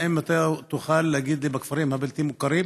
האם תוכל להגיד לי בכפרים הבלתי-מוכרים